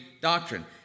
doctrine